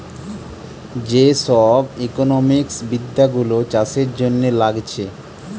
যে সব ইকোনোমিক্স বিদ্যা গুলো চাষের জন্যে লাগছে